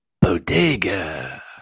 bodega